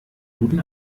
guten